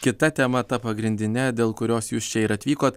kita tema ta pagrindine dėl kurios jūs čia ir atvykot